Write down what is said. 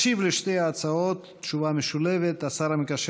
ישיב על שתי ההצעות תשובה משולבת השר המקשר